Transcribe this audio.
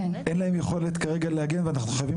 אין להם יכולת כרגע להגן ואנחנו חייבים